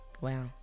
Wow